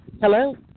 Hello